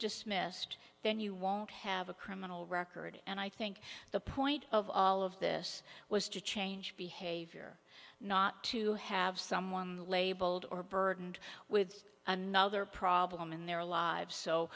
just missed then you won't have a criminal record and i think the point of all of this was to change behavior not to have someone labeled or burdened with another problem in their lives so